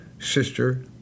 Sister